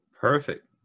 Perfect